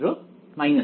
ছাত্র π